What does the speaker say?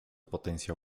potencia